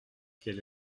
quelle